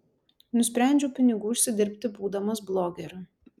nusprendžiau pinigų užsidirbti būdamas blogeriu